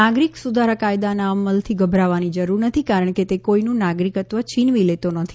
નાગરિત સુધારા કાયદાના અમલથી ગભરાવાની જરૂર નથી કારણ કે તે કોઇનું નાગરિકત્વ છીનવી લેતો નથી